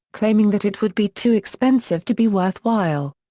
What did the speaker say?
claiming that it would be too expensive to be worthwhile.